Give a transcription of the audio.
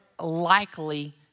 likely